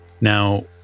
Now